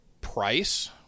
price